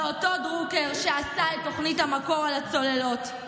זה אותו דרוקר שעשה את תוכנית המקור על הצוללות,